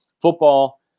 football